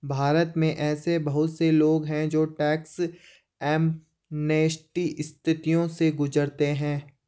भारत में ऐसे बहुत से लोग हैं जो टैक्स एमनेस्टी स्थितियों से गुजरते हैं